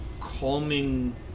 calming